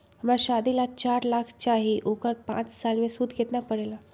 हमरा शादी ला चार लाख चाहि उकर पाँच साल मे सूद कितना परेला?